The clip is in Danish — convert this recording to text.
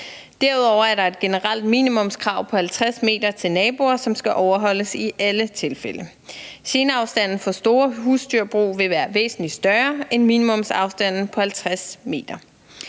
Derudover er der et generelt minimumskrav på 50 m til naboer, som skal overholdes i alle tilfælde. Geneafstanden for store husdyrbrug vil være væsentlig større end minimumsafstanden på 50 m.